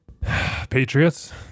Patriots